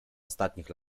ostatnich